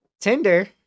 Tinder